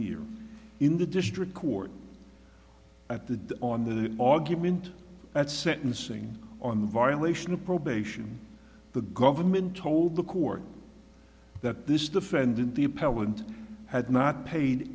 here in the district court at the on the augment that sentencing on the violation of probation the government told the court that this defendant the appellant had not paid